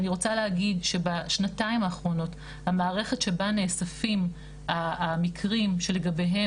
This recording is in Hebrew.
אני רוצה להגיד שבשנתיים האחרונות המערכת שבה נאספים המקרים שלגביהם